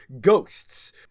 Ghosts